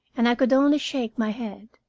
and i could only shake my head.